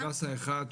הדסה 1,